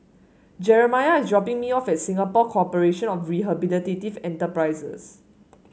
Jeremiah is dropping me off at Singapore Corporation of Rehabilitative Enterprises